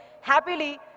happily